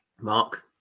Mark